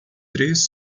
três